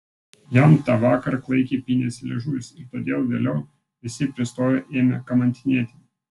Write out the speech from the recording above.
jam tą vakar klaikiai pynėsi liežuvis ir todėl vėliau visi pristoję ėmė kamantinėti